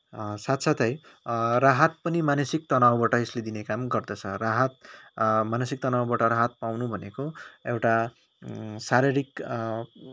साथसाथै राहत पनि मानसिक तनावबाट यसले दिने काम गर्दछ राहत मानसिक तनावबाट राहत पाउनु भनेको एउटा शारीरिक